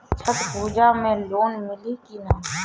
छठ पूजा मे लोन मिली की ना?